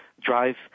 drive